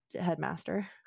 headmaster